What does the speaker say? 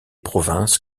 provinces